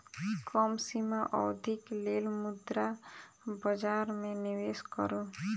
कम सीमा अवधिक लेल मुद्रा बजार में निवेश करू